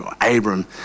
Abram